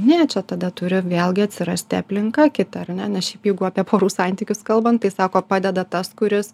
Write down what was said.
ne čia tada turi vėlgi atsirasti aplinka kita ar ne nes šiaip jeigu apie porų santykius kalbant tai sako padeda tas kuris